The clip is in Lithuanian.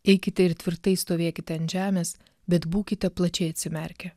eikite ir tvirtai stovėkite ant žemės bet būkite plačiai atsimerkę